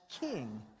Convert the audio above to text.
king